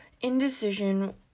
indecision